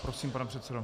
Prosím, pane předsedo.